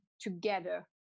together